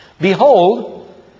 Behold